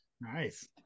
Nice